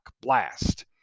blast